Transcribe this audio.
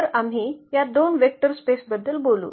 तर आम्ही या दोन वेक्टर स्पेसबद्दल बोलू